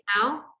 now